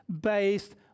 based